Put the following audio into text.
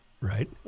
Right